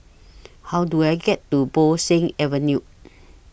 How Do I get to Bo Seng Avenue